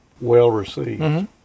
well-received